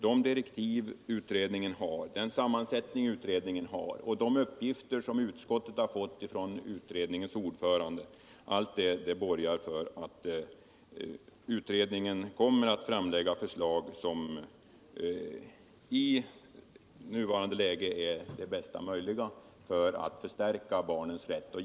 De direktiv utredningen har, den sammansättning utredningen har och de uppgifter som utskottet fått från utredningens ordförande borgar för att utredningen kommer att framlägga ett förslag som i nuvarande läge är det bästa möjliga för att förstärka barnens rätt.